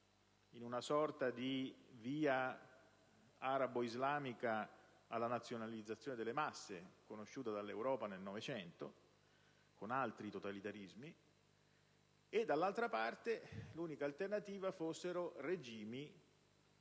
in una sorta di via arabo‑islamica alla nazionalizzazione delle masse, conosciuta dall'Europa nel Novecento con altri totalitarismi; dall'altra parte, come unica alternativa, regimi